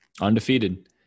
undefeated